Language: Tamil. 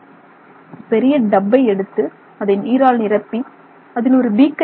ஒரு பெரிய டப்பை எடுத்து அதை நீரால் நிரப்பி அதில் ஒரு பீக்கரை வைக்க வேண்டும்